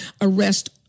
arrest